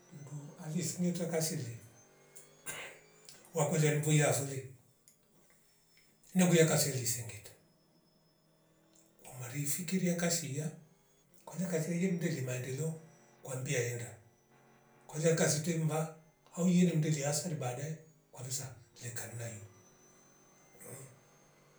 Mndu alisingeta kasire wakolia limbu yafole naguya kase lisengeta kwama lifikiria kasi ya koja kazi ya yemde limaendelo kwambia enda kola kasite mva auyene mndelia asali baadae kwa vesa lekanayu mhh